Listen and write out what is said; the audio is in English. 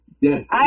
Yes